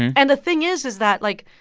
and the thing is is that, like,